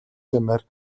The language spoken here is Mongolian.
гэмээр